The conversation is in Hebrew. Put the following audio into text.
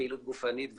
פעילות גופנית וכו',